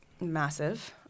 massive